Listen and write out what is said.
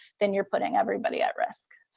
then you're putting everybody at risk.